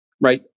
right